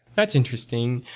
that's interesting.